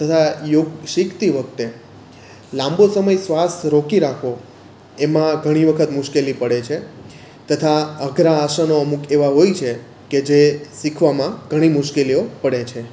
તથા યોગ શીખતી વખતે લાંબો સમય શ્વાસ રોકી રાખો એમાં ઘણી વખત મુશ્કેલી પડે છે તથા અઘરાં આસનો અમુક એવાં હોય છે કે જે શીખવામાં ઘણી મુશ્કેલીઓ પડે છે